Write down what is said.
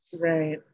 Right